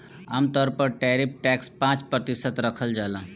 आमतौर पर tariff tax पाँच प्रतिशत राखल जाला